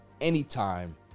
anytime